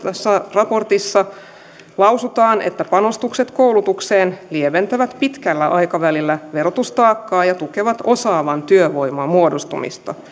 raportissa lausutaan että panostukset koulutukseen lieventävät pitkällä aikavälillä verotustaakkaa ja tukevat osaavan työvoiman muodostumista